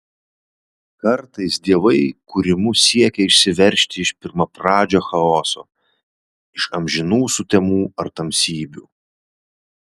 kartais dievai kūrimu siekia išsiveržti iš pirmapradžio chaoso iš amžinų sutemų ar tamsybių